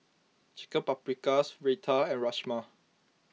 Chicken Paprikas Raita and Rajma